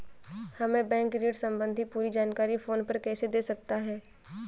हमें बैंक ऋण संबंधी पूरी जानकारी फोन पर कैसे दे सकता है?